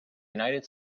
united